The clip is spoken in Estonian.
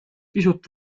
pisut